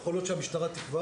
יכול להיות שהמשטרה תקבע